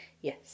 Yes